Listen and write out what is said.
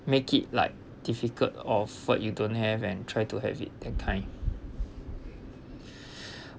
make it like difficult of what you don't have and try to have it that kind